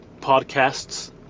podcasts